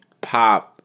pop